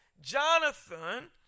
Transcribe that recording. Jonathan